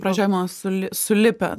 pradžioj ma suli sulipę